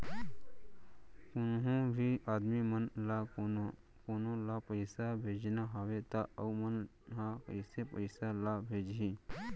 कोन्हों भी आदमी मन ला कोनो ला पइसा भेजना हवय त उ मन ह कइसे पइसा ला भेजही?